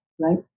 right